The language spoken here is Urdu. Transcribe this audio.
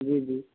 جی جی